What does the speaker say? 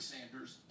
Sanders